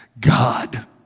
God